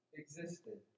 existed